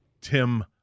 Tim